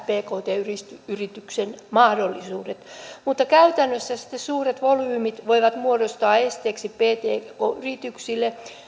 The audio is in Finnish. pkt yritysten mahdollisuudet mutta käytännössä sitten suuret volyymit voivat muodostua esteeksi pkt yrityksille